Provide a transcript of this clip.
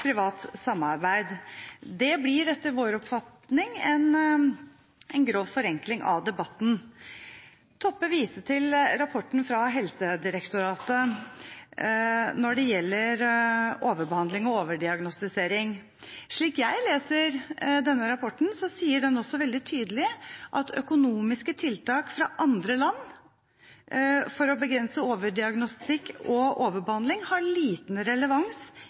samarbeid. Det blir, etter vår oppfatning, en grov forenkling av debatten. Kjersti Toppe viste til rapporten fra Helsedirektoratet som gjelder overbehandling og overdiagnostisering. Slik jeg leser denne rapporten, så sier den veldig tydelig at økonomiske tiltak fra andre land for å begrense overdiagnostikk og overbehandling har liten relevans